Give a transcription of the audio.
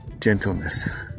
gentleness